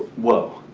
whoa,